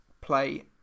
play